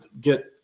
get